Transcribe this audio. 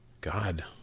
God